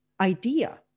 idea